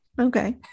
Okay